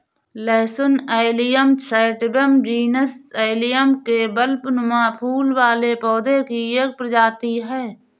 लहसुन allium sativum genus allium में बल्बनुमा फूल वाले पौधे की एक प्रजाति है